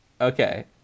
Okay